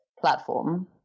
platform